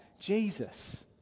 Jesus